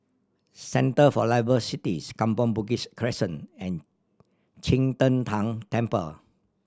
Centre for Liveable Cities Kampong Bugis Crescent and Qing De Tang Temple